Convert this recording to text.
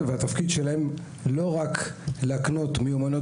התפקיד שלהם הוא לא רק להקנות מיומנויות